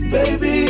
Baby